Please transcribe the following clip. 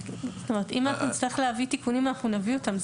אם אנחנו נצטרך להביא תיקונים, אנחנו נביא אותם.